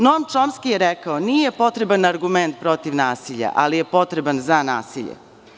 Nom Čomski je rekao – nije potreban argument protiv nasilja ali je potreban za nasilje.